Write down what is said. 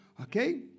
Okay